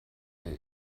der